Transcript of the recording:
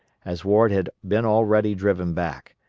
as ward had been already driven back,